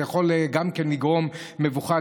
זה יכול גם כן לגרום מבוכה